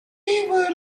never